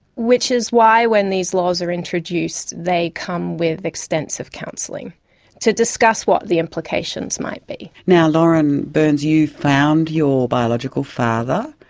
which is why when these laws are introduced they come with extensive counselling to discuss what the implications might be. lauren burns, you found your biological father.